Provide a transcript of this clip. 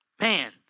man